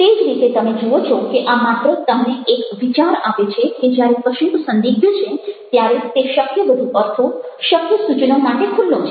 તે જ રીતે તમે જુઓ છો કે આ માત્ર તમને એક વિચાર આપે છે કે જ્યારે કશુંક સંદિગ્ધ છે ત્યારે તે શક્ય વધુ અર્થો શક્ય સૂચનો માટે ખુલ્લું છે